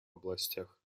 областях